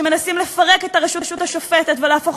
שמנסים לפרק את הרשות השופטת ולהפוך